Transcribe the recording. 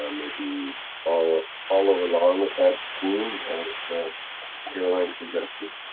ah maybe follow. follow along with that theme as so caroline suggested.